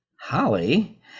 Holly